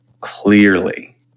clearly